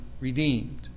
redeemed